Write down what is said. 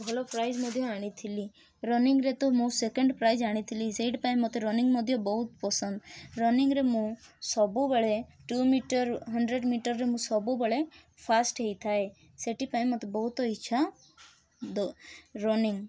ଭଲ ପ୍ରାଇଜ୍ ମଧ୍ୟ ଆଣିଥିଲି ରନିଂରେ ତ ମୁଁ ସେକଣ୍ଡ ପ୍ରାଇଜ୍ ଆଣିଥିଲି ସେଇଥି ପାଇଁ ମୋତେ ରନିଂ ମଧ୍ୟ ବହୁତ ପସନ୍ଦ ରନିଂରେ ମୁଁ ସବୁବେଳେ ଟୁ ମିଟର ହଣ୍ଡ୍ରେଡ଼ ମିଟରରେ ମୁଁ ସବୁବେଳେ ଫାଷ୍ଟ ହେଇଥାଏ ସେଥିପାଇଁ ମୋତେ ବହୁତ ଇଚ୍ଛା ରନିଂ